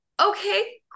okay